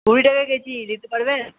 কুড়ি টাকা কেজি নিতে পারবেন